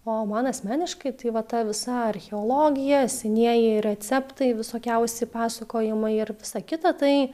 o man asmeniškai tai va ta visa archeologija senieji receptai visokiausi pasakojimai ir visa kita tai